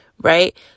right